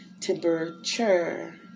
temperature